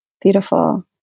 Beautiful